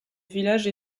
village